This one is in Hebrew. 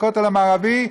הכותל המערבי,